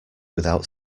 without